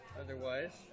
otherwise